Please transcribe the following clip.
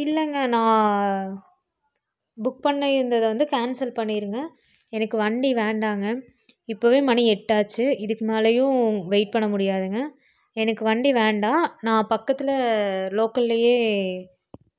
இல்லைங்க நான் புக் பண்ணி இருந்ததை வந்து கேன்சல் பண்ணிடுங்க எனக்கு வண்டி வேண்டாம்ங்க இப்போவே மணி எட்டாச்சு இதுக்கு மேலேயும் வெயிட் பண்ண முடியாதுங்க எனக்கு வண்டி வேண்டாம் நான் பக்கத்தில் லோக்கல்லேயே